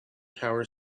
tower